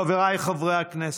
חבריי חברי הכנסת,